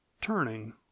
turning